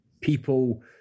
people